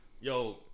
Yo